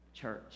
Church